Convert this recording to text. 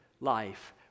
life